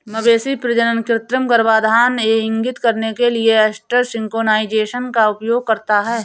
मवेशी प्रजनन कृत्रिम गर्भाधान यह इंगित करने के लिए एस्ट्रस सिंक्रोनाइज़ेशन का उपयोग करता है